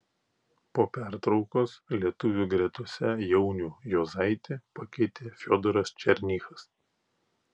po pertraukos lietuvių gretose jaunių juozaitį pakeitė fiodoras černychas